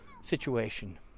situation